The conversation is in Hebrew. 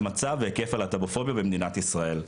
מצב והיקף הלהט"בופוביה במדינת ישראל.